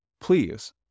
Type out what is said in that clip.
please